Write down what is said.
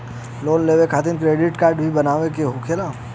Loan लेवे खातिर credit काडे भी बनवावे के होला?